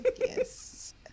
yes